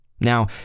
Now